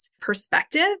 perspective